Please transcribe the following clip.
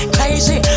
Crazy